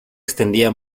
extendía